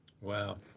Wow